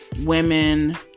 women